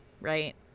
right